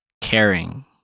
caring